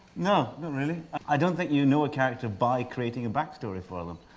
no, not really. i don't think you know a character by creating a backstory for them.